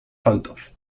santos